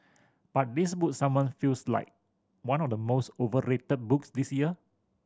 but this book someone feels like one of the most overrated books this year